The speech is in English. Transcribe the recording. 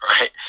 right